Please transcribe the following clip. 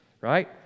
right